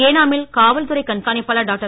ஏனா மில் காவல்துறை கண்காணிப்பாளர் டாக்டர்